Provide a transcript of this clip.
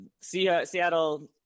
Seattle